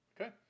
Okay